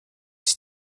sich